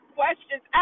questions